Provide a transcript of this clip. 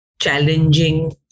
challenging